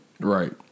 right